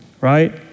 right